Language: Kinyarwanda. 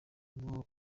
ubwo